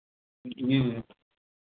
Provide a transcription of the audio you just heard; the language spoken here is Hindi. जी